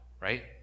right